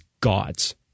God's